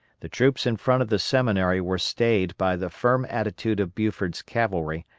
the troops in front of the seminary were stayed by the firm attitude of buford's cavalry,